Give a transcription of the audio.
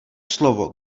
slovo